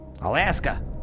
Alaska